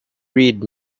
read